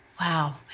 Wow